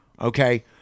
okay